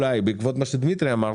בעקבות מה שדימיטרי אמר,